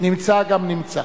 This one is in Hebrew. נמצא גם נמצא.